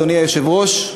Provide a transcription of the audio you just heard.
אדוני היושב-ראש,